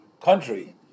country